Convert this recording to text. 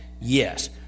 Yes